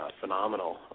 phenomenal